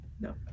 No